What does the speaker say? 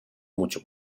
mucho